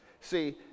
See